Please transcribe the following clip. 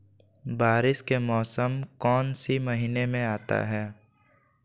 बारिस के मौसम कौन सी महीने में आता है?